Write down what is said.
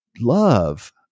love